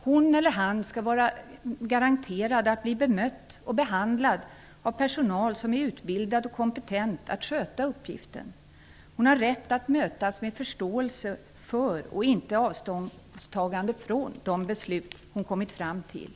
Hon eller han skall vara garanterad rätten att bli bemött och behandlad av personal som är utbildad och kompetent att sköta uppgiften. Hon har rätt att mötas med förståelse för -- och inte avståndstagande från -- de beslut som hon har kommit fram till.